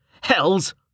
Hells